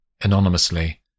anonymously